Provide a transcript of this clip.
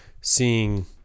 seeing